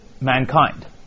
mankind